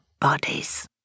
bodies